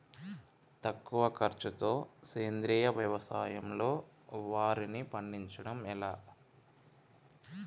తక్కువ ఖర్చుతో సేంద్రీయ వ్యవసాయంలో వారిని పండించడం ఎలా?